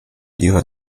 ihre